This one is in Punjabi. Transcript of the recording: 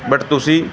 ਬਟ ਤੁਸੀਂ